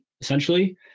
essentially